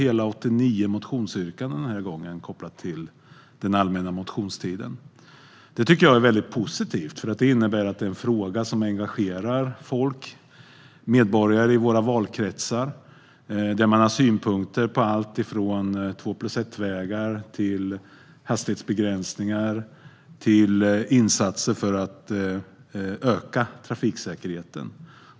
Hela 89 motionsyrkanden här är kopplade till den allmänna motionstiden. Det tycker jag är mycket positivt, för det innebär att det är en fråga som engagerar medborgare i våra valkretsar där man har synpunkter på allt från tvåplus-ett-vägar till hastighetsbegränsningar och insatser för att öka trafiksäkerheten.